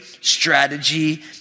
strategy